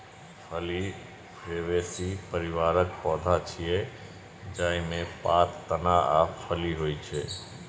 फली फैबेसी परिवारक पौधा छियै, जाहि मे पात, तना आ फली होइ छै